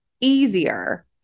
easier